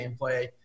gameplay